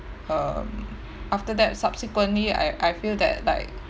um after that subsequently I I feel that like